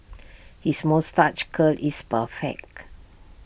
his moustache curl is perfect